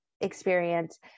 experience